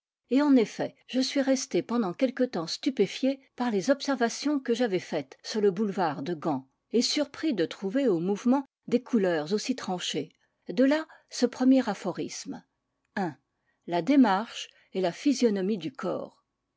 et en effet je suis resté pendant quelque temps stupéfié par les observations que j'avais faites sur le boulevard de gand et surpris de trouver au mouvement des couleurs aussi tranchées de là ce premier aphorisme la démarche est la physionomie du corps